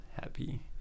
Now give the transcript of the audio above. happy